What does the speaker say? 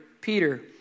Peter